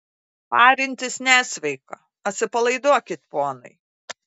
parintis nesveika atsipalaiduokit ponai